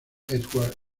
edward